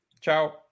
Ciao